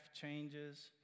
changes